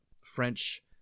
french